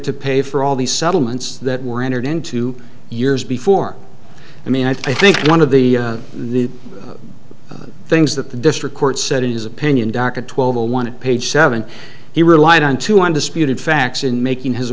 to pay for all these settlements that were entered into years before i mean i think one of the the things that the district court said is opinion docket twelve a one page seven he relied on to undisputed facts in making his